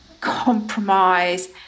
compromise